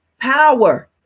power